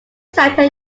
santa